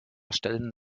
stellen